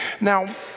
Now